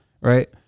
right